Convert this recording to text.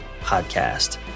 podcast